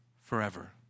forever